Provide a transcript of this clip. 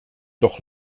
doch